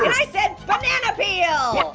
i said, banana peel. ow!